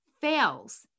fails